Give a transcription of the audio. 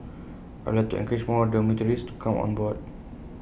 I would like to encourage more dormitories to come on board